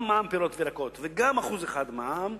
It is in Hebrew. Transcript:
גם מע"מ על פירות וירקות וגם 1% מע"מ,